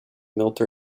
milton